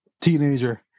teenager